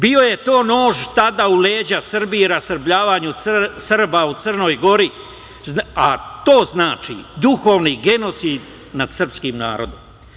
Bio je to nož tada u leđa Srbiji i rasrbljavanju Srba u Crnoj Gori, a to znači duhovni genocid nad srpskim narodom.